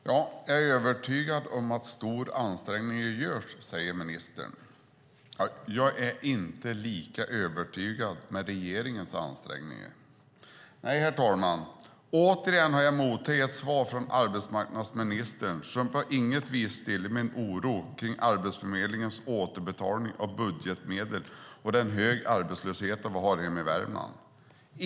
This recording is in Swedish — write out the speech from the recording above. Herr talman! "Jag är övertygad om att stora ansträngningar görs", säger ministern. Jag är inte lika övertygad om regeringens ansträngningar. Nej, herr talman, återigen har jag mottagit ett svar från arbetsmarknadsministern som på inget vis stillar min oro kring Arbetsförmedlingens återbetalning av budgetmedel och den höga arbetslöshet vi har hemma i Värmland.